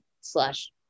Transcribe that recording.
slash